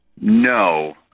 no